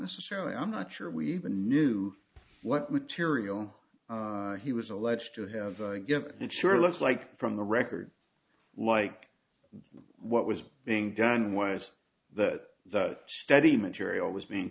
necessarily i'm not sure we even knew what material he was alleged to have given it sure looks like from the record like what was being done was that the study material was being